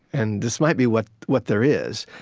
and this might be what what there is.